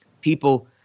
people